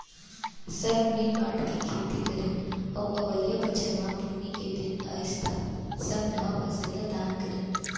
सब मिल बांट के खेती करीन अउ अवइया बछर म पुन्नी के दिन अइस त सब नवा फसल ल दान करिन